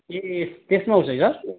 ए त्यसमा आउँछ है सर